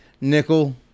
Nickel